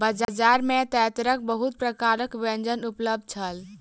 बजार में तेतैरक बहुत प्रकारक व्यंजन उपलब्ध छल